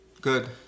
good